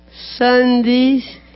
Sundays